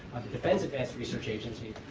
defense advanced research agency,